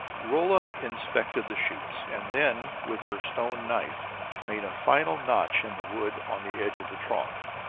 rolla inspected the shoots, and then, with her stone knife made a final notch in the wood on the edge of the trough.